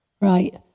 Right